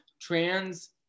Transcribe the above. trans